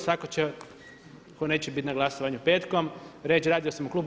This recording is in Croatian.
Svatko će, tko neće biti na glasovanju petkom reći radio sam u klubu.